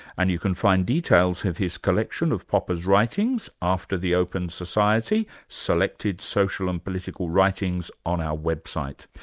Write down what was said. and you can find details of his collection of popper's writings after the open society selected social and political writings, on our website.